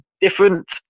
different